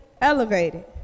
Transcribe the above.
elevated